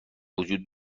وجود